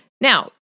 Now